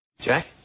Jack